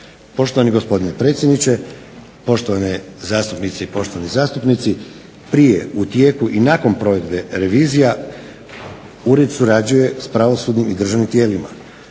Poštovani gospodine predsjedniče, poštovane zastupnice i poštovani zastupnici prije, u tijeku i nakon provedbe revizija ured surađuje s pravosudnim i državnim tijelima.